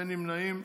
אין נמנעים.